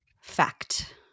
fact